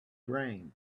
brain